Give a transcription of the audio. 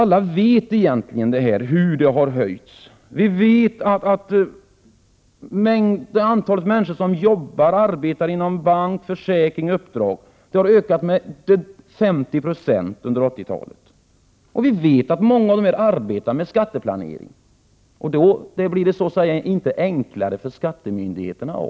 Alla vet egentligen hur produktiviteten har höjts. Vi vet att antalet människor som arbetar inom bank-, försäkringsoch uppdragsverksamhet har ökat med 50 20 under 1980-talet. Vi vet att många av dessa arbetar med skatteplanering. Detta gör det inte enklare för skattemyndigheten.